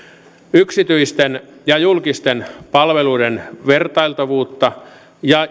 yksityisten ja julkisten palveluiden vertailtavuutta ja